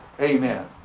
Amen